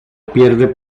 pierde